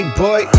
boy